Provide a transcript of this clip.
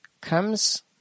comes